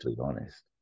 honest